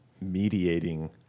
mediating